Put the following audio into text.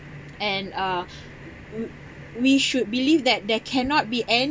and uh w~ we should believe that there cannot be any